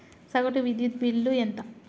సగటు విద్యుత్ బిల్లు ఎంత?